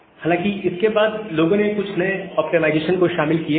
हालांकि इसके बाद लोगों ने कुछ नए ऑप्टिमाइजेशन को शामिल किए हैं